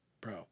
Bro